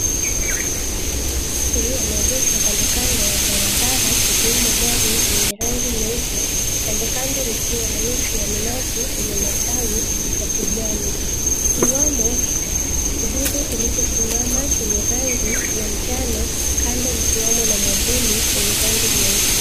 Magari yameegeshwa kandokando ya barabara ikiwemo gari yenye rangi nyeupe. Kandokando mkiwa na miti ya minazi yenye matawi ya kijani. 𝐼kiwemo kidude kilichosimama chenye rangi ya njano kando mkiwemo na mwavuli wenye rangi nyeusi.